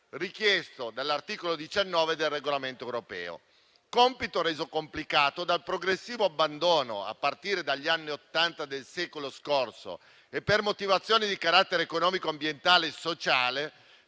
richiesto dall'articolo 19 del regolamento europeo, compito reso complicato dal progressivo abbandono, a partire dagli anni Ottanta del secolo scorso, per motivazioni di carattere economico, ambientale e sociale,